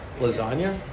lasagna